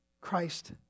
Christ